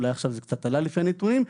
אולי עכשיו זה קצת עלה לפי הנתונים,